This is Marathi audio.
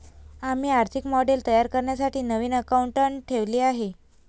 आम्ही आर्थिक मॉडेल तयार करण्यासाठी नवीन अकाउंटंट ठेवले आहे